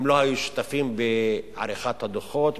הם לא היו שותפים בעריכת הדוחות,